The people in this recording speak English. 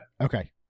Okay